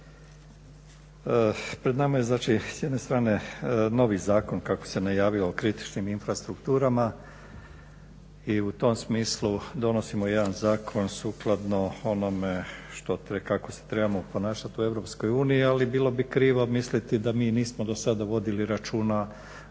Pred nama je znači s jedne strane novi zakon kako se najavilo o kritičnim infrastrukturama i u tom smislu donosimo jedan zakon sukladno onome kako se trebamo ponašati u EU, ali bilo bi krivo misliti da mi nismo do sada vodili računa